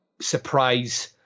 surprise